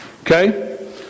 okay